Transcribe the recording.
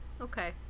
Okay